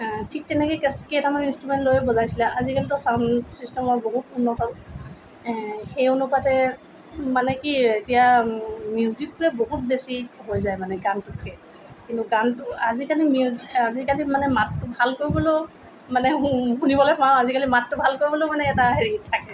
ঠিক তেনেকৈ তেতিয়া কেইটামান ইঞ্চট্ৰোমেণ্ট লৈয়ে বজাইছিলে আজিকালিতো চাউন চিষ্টেমৰ বহুত উন্নত হ'ল সেই অনুপাতে মানে কি এতিয়া মিউজিকটোৱে বহুত বেছি হৈ যায় মানে গানটোতকৈ কিন্তু গানটো আজিকালি আজিকালি মানে মাতটো ভাল কৰিবলৈও মানে শুনিবলৈ পাওঁ আজিকালি মাতটো ভাল কৰিবলৈও মানে এটা হেৰি থাকে